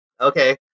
okay